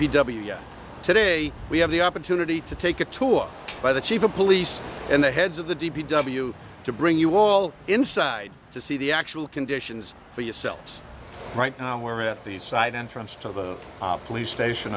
p w yet today we have the opportunity to take a tour by the chief of police and the heads of the d p w to bring you all inside to see the actual conditions for yourselves right now we're at the side entrance to the police station